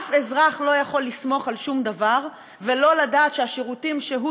אף אזרח לא יכול לסמוך על שום דבר ולדעת שהשירותים שהוא